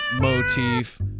motif